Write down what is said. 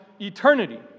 eternity